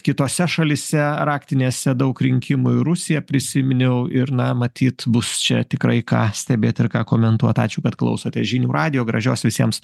kitose šalyse raktinėse daug rinkimų į rusiją prisiminiau ir na matyt bus čia tikrai ką stebėt ir ką komentuot ačiū kad klausotės žinių radijo gražios visiems